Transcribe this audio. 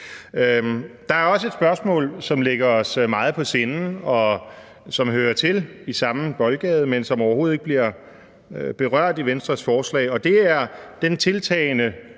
Der er også et spørgsmål, som ligger os meget på sinde, og som hører til i samme boldgade, men som overhovedet ikke bliver berørt i Venstres forslag, og det er den tiltagende